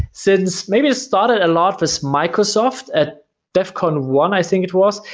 since maybe it started a lot this microsoft at defcon one i think it was,